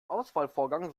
auswahlvorgang